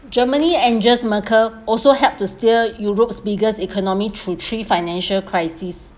germany's angela merkel also helped to steer europe's biggest economy through three financial crisis